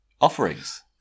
offerings